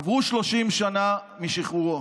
עברו 30 שנה משחרורו,